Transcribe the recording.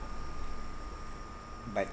but